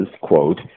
quote